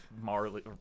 marley